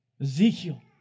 Ezekiel